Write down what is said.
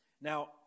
Now